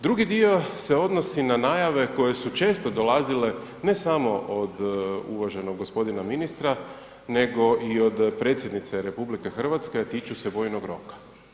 Drugi dio se odnosi na najave koje su često dolazile, ne samo od uvaženog g. ministra, nego i od predsjednice RH, a tiču se vojnog roka.